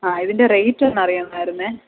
ആ ഇതിൻ്റെ റേറ്റ് ഒന്ന് അറിയണമായിരുന്നേ